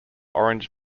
orange